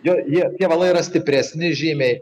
jo jie tie valai yra stipresni žymiai